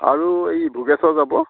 আৰু এই ভুগেশ্বৰ যাব